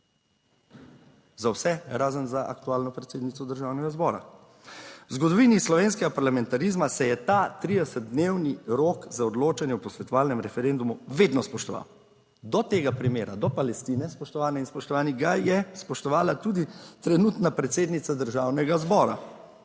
za vse, razen za aktualno predsednico Državnega zbora. V zgodovini slovenskega parlamentarizma se je ta 30 dnevni rok za odločanje o posvetovalnem referendumu vedno spoštoval. Do tega primera, do Palestine, spoštovane in spoštovani, ga je spoštovala tudi trenutna predsednica Državnega zbora.